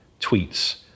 tweets